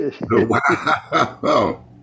Wow